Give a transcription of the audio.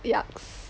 yucks